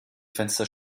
fenster